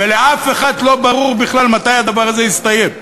ולאף אחד לא ברור בכלל מתי הדבר הזה יסתיים.